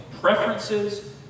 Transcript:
preferences